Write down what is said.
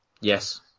Yes